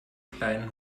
kleinen